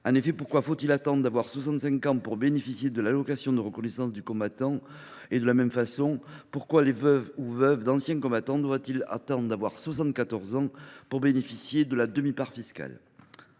En effet, pourquoi faut il attendre d’avoir 65 ans pour bénéficier de l’allocation de reconnaissance du combattant ? De la même façon, pourquoi les veufs ou veuves d’anciens combattants doivent ils attendre d’avoir 74 ans pour bénéficier de la demi part fiscale ?